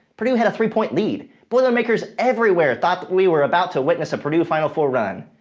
purdue had a three point lead. boilermakers everywhere thought that we were about to witness a purdue final four run.